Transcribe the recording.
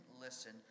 listen